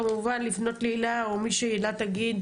כמובן לפנות להילה או מי שהילה תגיד,